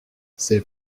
c’est